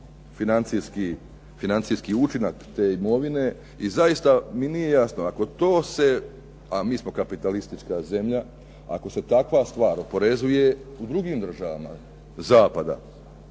financijski učinak te imovine i zaista mi nije jasno ako to se, a mi smo kapitalistička zemlja, ako se takva stvar oporezuje u drugim državama zapada